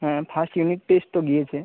হ্যাঁ first unit test তো দিয়েছে